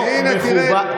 לא מכובד.